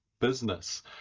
business